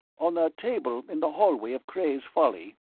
on a table in the hallway of cray's folly,